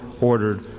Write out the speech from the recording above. ordered